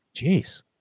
Jeez